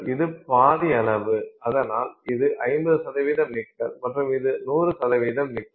இது பாதி அளவு அதனால் இது 50 நிக்கல் மற்றும் இது 100 நிக்கல்